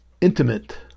intimate